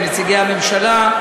עם נציגי הממשלה,